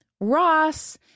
Ross